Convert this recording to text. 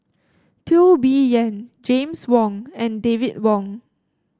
Teo Bee Yen James Wong and David Wong